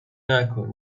نکن